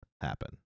happen